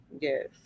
yes